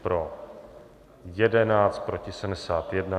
Pro 11, proti 71.